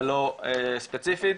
ולא ספציפית.